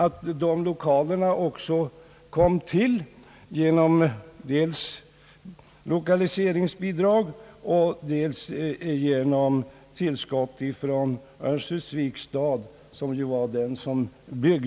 Dessa lokaler kom också till stånd dels genom lokaliseringsbidrag och dels genom tillskott från Örnsköldsviks stad.